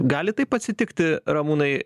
gali taip atsitikti ramūnai